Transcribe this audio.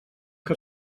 que